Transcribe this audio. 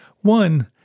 One